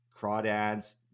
crawdads